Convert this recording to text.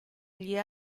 gli